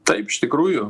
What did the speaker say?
taip iš tikrųjų